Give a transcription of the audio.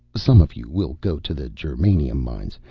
some of you will go to the germanium mines,